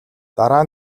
дараа